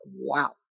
wow